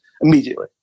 immediately